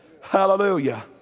Hallelujah